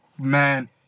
man